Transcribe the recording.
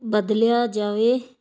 ਬਦਲਿਆ ਜਾਵੇ